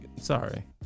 Sorry